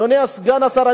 אדוני סגן השר,